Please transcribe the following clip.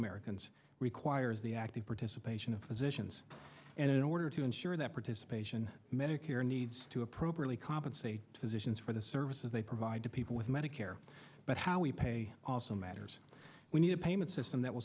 americans requires the active participation of physician and in order to ensure that participation medicare needs to appropriately compensate physicians for the services they provide to people with medicare but how we pay also matters we need a payment system that will